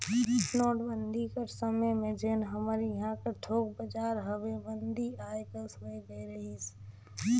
नोटबंदी कर समे में जेन हमर इहां कर थोक बजार हवे मंदी आए कस होए गए रहिस